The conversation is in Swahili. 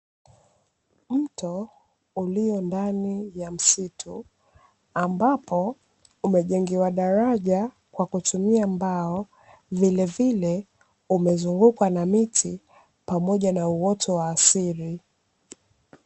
Mto ulio ndani ya msitu ambapo umejengewa daraja kwa kutumia mbao, vilevile umezungukwa na miti pamoja na uoto wa asili.